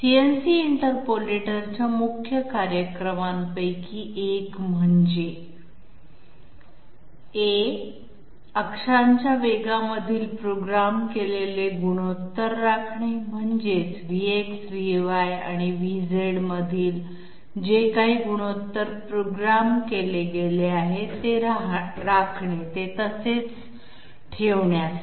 CNC इंटरपोलेटरच्या मुख्य कार्यांपैकी एक म्हणजे अक्षांच्या वेगांमधील प्रोग्राम केलेले गुणोत्तर राखणे म्हणजे Vx Vy आणि Vz मधील जे काही गुणोत्तर प्रोग्रॅम केले गेले आहे ते राखणे ते तसेच ठेवण्यासाठी